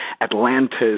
Atlantis